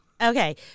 Okay